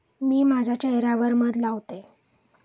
मी माझ्या चेह यावर मध लावते